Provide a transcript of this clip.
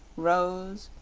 rose,